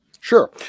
Sure